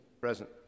Present